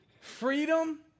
Freedom